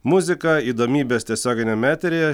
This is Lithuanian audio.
muzika įdomybės tiesioginiame eteryje